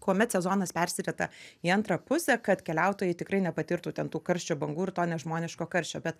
kuomet sezonas persirita į antrą pusę kad keliautojai tikrai nepatirtų ten tų karščio bangų ir to nežmoniško karščio bet